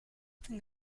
thing